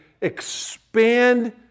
expand